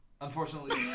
Unfortunately